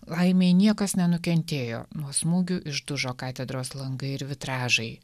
laimei niekas nenukentėjo nuo smūgių išdužo katedros langai ir vitražai